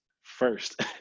first